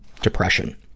depression